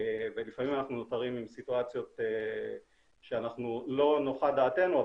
ולפעמים אנחנו נותרים עם סיטואציות שלא נוחה דעתנו,